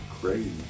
crazy